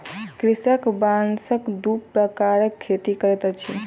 कृषक बांसक दू प्रकारक खेती करैत अछि